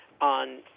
on